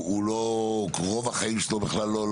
הוא לא, רוב החיים שלו בכלל לא.